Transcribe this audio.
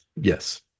Yes